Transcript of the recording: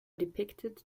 depicted